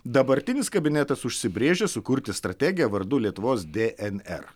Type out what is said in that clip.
dabartinis kabinetas užsibrėžė sukurti strategiją vardu lietuvos dnr